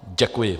Děkuji.